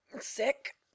Sick